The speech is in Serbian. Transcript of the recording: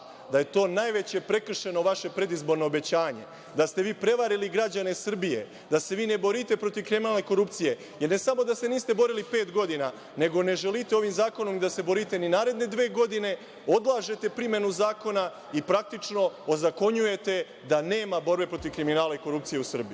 da je to najveće prekršeno vaše predizborno obećanje, da ste vi prevarili građane Srbije, da se vi ne borite protiv kriminala i korupcije. Ne samo da se niste borili pet godina, nego ne želite ovim zakonom da se borite ni naredne dve godine, odlažete primenu zakona i praktično ozakonjujete da nema borbe protiv kriminala i korupcije u Srbiji.